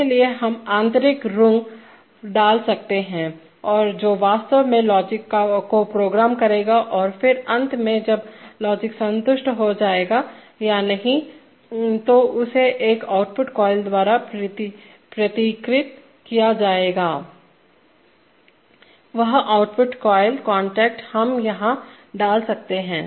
उसके लिए हम अतिरिक्त रुंग डाल सकते हैं और जो वास्तव में लॉजिक को प्रोग्राम करेगा और फिर अंत में जब लॉजिक संतुष्ट हो जाएगा या नहीं तो उसे एक आउटपुट कॉइल द्वारा प्रतीकित किया जाएगा वह आउटपुट कॉइल कॉन्टैक्ट हम यहां डाल सकते हैं